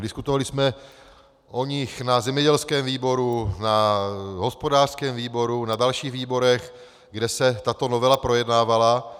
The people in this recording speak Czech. Diskutovali jsme o nich na zemědělském výboru, na hospodářském výboru, na další výborech, kde se tato novela projednávala.